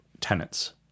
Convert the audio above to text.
tenants